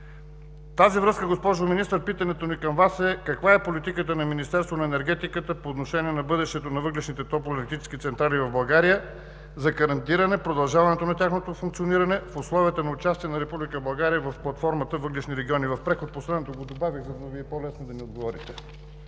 тази връзка, госпожо Министър, питането ни към Вас е: каква е политиката на Министерството на енергетиката по отношение на бъдещето на въглищните топлоелектрически централи в България за гарантиране продължаването на тяхното функциониране в условията на участие на Република България в платформата „Въглищни региони в преход“? Последното го добавих, за да Ви е по-лесно да ми отговорите.